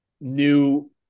new